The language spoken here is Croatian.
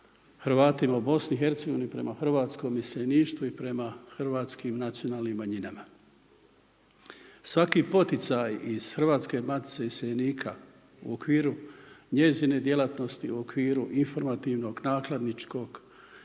Hercegovini i prema hrvatskom iseljeništvu i prema hrvatskim nacionalnim manjinama. Svaki poticaj iz Hrvatske matice iseljenika u okviru njezine djelatnosti, u okviru informativnog nakladničkog